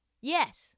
Yes